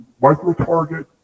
micro-target